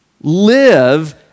live